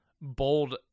bold